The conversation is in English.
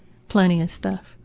plenty of stuff,